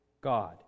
God